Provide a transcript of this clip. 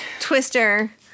twister